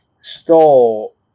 stole